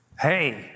Hey